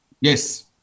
Yes